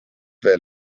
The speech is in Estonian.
veel